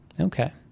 Okay